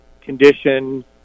condition